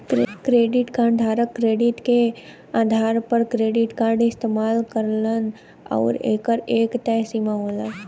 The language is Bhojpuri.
क्रेडिट कार्ड धारक क्रेडिट के आधार पर क्रेडिट कार्ड इस्तेमाल करलन आउर एकर एक तय सीमा होला